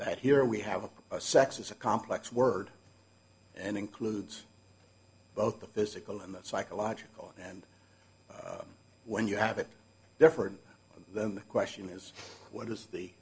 that here we have sex is a complex word and includes both the physical and the psychological and when you have it different the question is what is the